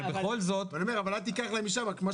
אבל אני אומר, אל תיקח להם משם.